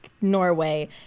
norway